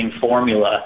formula